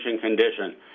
condition